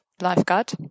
lifeguard